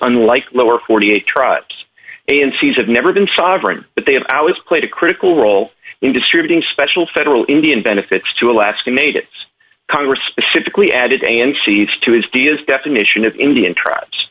unlike lower forty eight tribes and seas have never been sovereign but they have hours played a critical role in distributing special federal indian benefits to alaska natives congress specifically added a n c tuesday is definition of indian tribes